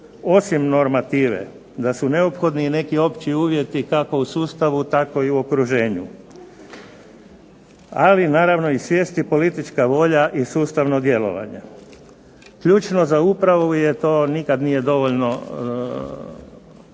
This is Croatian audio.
osim normative da su neophodni i neki opći uvjeti kako u sustavu tako i u okruženju, ali naravno i svijesti i politička volja i sustavno djelovanje. Ključno za upravu je to nikad nije dovoljno